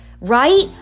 right